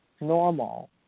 normal